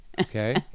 Okay